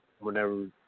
whenever